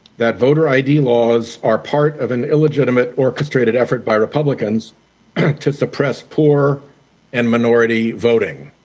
that voter i d. laws are part of an illegitimate, orchestrated effort by republicans to suppress poor and minority voting.